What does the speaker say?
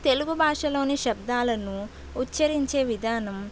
తెలుగు భాషలోని శబ్దాలను ఉచ్చరించే విధానం